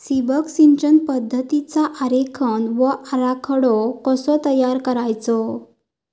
ठिबक सिंचन पद्धतीचा आरेखन व आराखडो कसो तयार करायचो?